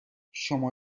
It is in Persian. شما